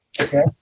okay